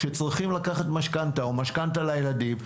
כשצריכים לקחת משכנתה או משכנתה לילדים,